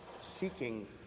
seeking